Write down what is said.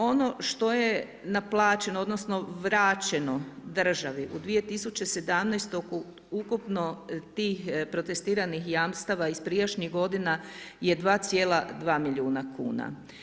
Ono što je naplaćeno, odnosno vraćeno državi u 2017. ukupno tih protestiranih jamstava iz prijašnjih godina je 2,2 milijuna kuna.